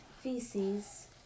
feces